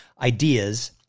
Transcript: ideas